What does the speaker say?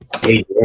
hey